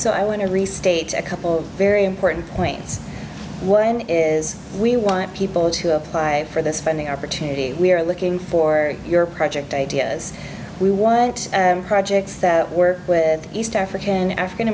so i want to restate a couple very important points one is we want people to apply for the spending opportunity we are looking for your project ideas we want projects that work with east african african